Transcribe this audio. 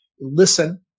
Listen